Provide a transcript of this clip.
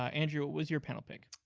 ah andrew, what was your panel pick?